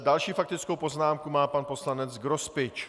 Další faktickou poznámku má pan poslanec Grospič.